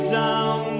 down